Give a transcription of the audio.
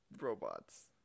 robots